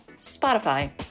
Spotify